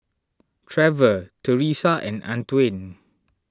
Trevor Teresa and Antwain